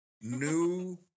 new